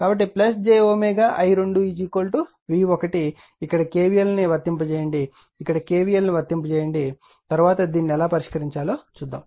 కాబట్టి jM i2 v1 ఇక్కడ k v l ను ఉంచండి ఇక్కడ kvl ను వర్తింపజేయండి తరువాత దాన్ని ఎలా పరిష్కరించాలో చూద్దాం